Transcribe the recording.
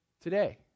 today